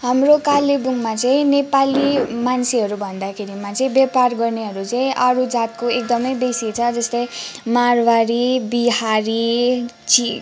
हाम्रो कालेबुङमा चाहिँ नेपाली मान्छेहरू भन्दाखेरिमा चाहिँ व्यापार गर्नेहरू चाहिँ अरू जातको एकदमै बेसी छ जस्तै मारवाडी बिहारी चि